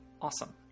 awesome